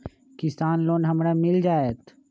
किसान लोन हमरा मिल जायत?